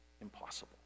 impossible